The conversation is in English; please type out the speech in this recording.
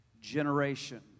generation